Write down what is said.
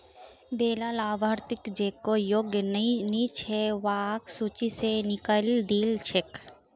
वैला लाभार्थि जेको योग्य नइ छ वहाक सूची स निकलइ दिल छेक